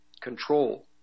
control